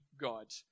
God